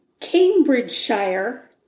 Cambridgeshire